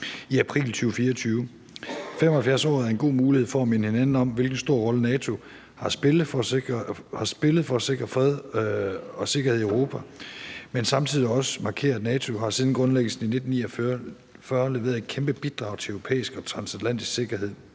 i april 2024. 75-året er en god mulighed for at minde hinanden om, hvilken stor rolle NATO har spillet for at sikre fred og sikkerhed i Europa, men samtidig også markere, at NATO siden grundlæggelsen i 1949 har leveret et kæmpe bidrag til europæisk og transatlantisk sikkerhed